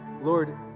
Lord